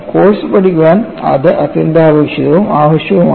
course പഠിക്കാൻ അത് അത്യന്താപേക്ഷിതവും ആവശ്യമാണ്